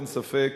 אין ספק